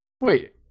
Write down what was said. Wait